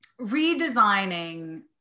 redesigning